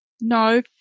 no